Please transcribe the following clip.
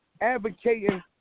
advocating